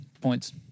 Points